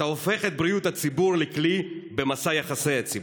אתה הופך את בריאות הציבור לכלי במסע יחסי הציבור.